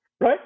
right